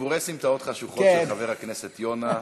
סיפורי סמטאות חשוכות של חבר הכנסת יונה.